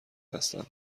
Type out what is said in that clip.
هستم